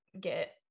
get